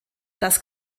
das